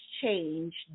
change